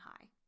high